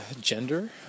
Gender